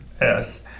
Yes